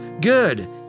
good